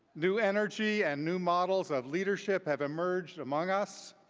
new energy and new models of leadership have emerged among us.